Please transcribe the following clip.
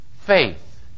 faith